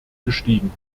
gestiegen